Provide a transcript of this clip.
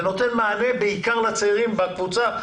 זה נותן מענה בעיקר לצעירים בקבוצה.